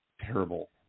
Terrible